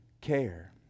care